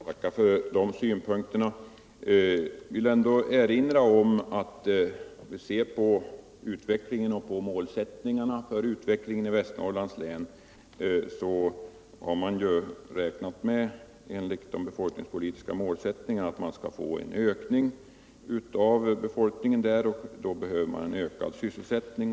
Herr talman! Jag tackar för synpunkterna. ' Jag vill emellertid erinra om, att när det gäller utvecklingen och målen för Västernorrlands län, har man ändå räknat med att befolkningen skall öka. Därför behövs det också en ökning av sysselsättningen.